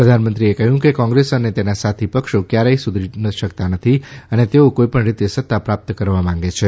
પ્રધાનમંત્રીએ કહ્યું કે કોંગ્રેસ અને તેના સાથી પક્ષો ક્વારેય સુધરી શકતા નથી અને તેઓ કોઈ પણ રીતે સત્તા પ્રાપ્ત કરવા માગે છે